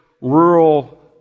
rural